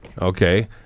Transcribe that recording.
Okay